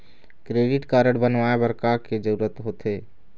Credit card बनवाए बर का के जरूरत होते?